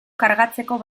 kargatzeko